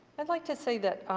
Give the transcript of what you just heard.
i'd like to say that